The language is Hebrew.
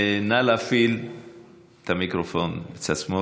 נא להפעיל את המיקרופון בצד שמאל,